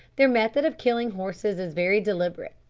their method of killing horses is very deliberate.